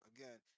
Again